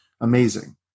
Amazing